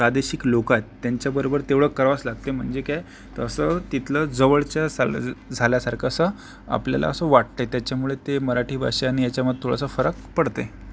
प्रादेशिक लोकांत त्यांच्याबरोबर तेवढं करावंच लागते म्हणजे काय तर असं तिथलं जवळच्या झाल्या झाल्यासारखं असं आपल्याला असं वाटतं आहे त्याच्यामुळे ते मराठी भाषा आणि याच्यामध्ये थोडासा फरक पडत आहे